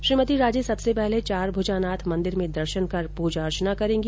श्रीमती राजे सबसे पहले चारभुजानाथ मंदिर में दर्शन कर प्रजा अर्चना करेंगी